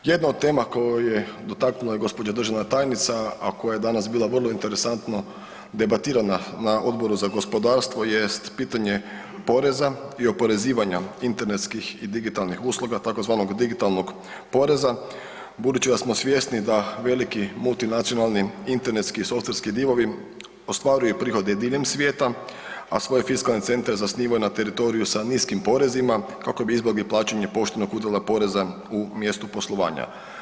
Jedna od tema koje je dotaknula i gospođa državna tajnica, a koje je danas bilo vrlo interesantno debatirana na Odboru za gospodarstvo jest pitanje poreza i oporezivanja internetskih i digitalnih usluga tzv. digitalnog poreza budući da smo svjesni da veliki multinacionalni, internetski i softverski divovi ostvaruju prihode diljem svijeta, a svoje fiskalne centre zasnivaju na teritoriju sa niskim porezima kako bi izbjegli plaćanje poštenog udjela poreza u mjestu poslovanja.